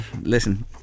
Listen